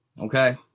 Okay